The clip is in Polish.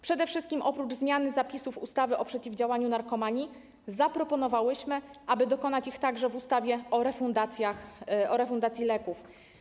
Przede wszystkim oprócz zmiany zapisów w ustawie o przeciwdziałaniu narkomanii zaproponowałyśmy, aby dokonać ich także w ustawie o refundacji leków.